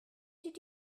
did